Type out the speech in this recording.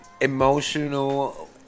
emotional